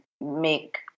make